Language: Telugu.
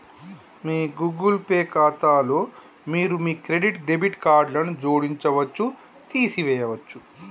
మీ గూగుల్ పే ఖాతాలో మీరు మీ క్రెడిట్, డెబిట్ కార్డులను జోడించవచ్చు, తీసివేయచ్చు